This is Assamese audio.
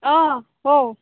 অঁ কৌ